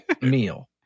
meal